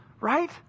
right